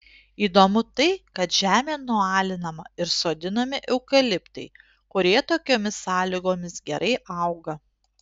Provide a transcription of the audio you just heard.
įdomu tai kad žemė nualinama ir sodinami eukaliptai kurie tokiomis sąlygomis gerai auga